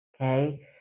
Okay